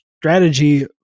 strategy